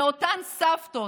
מאותן סבתות